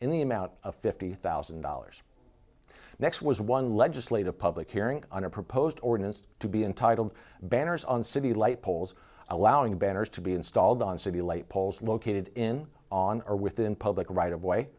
the amount of fifty thousand dollars next was one legislative public hearing on a proposed ordinance to be entitled banners on city light poles allowing banners to be installed on city light poles located in on or within public right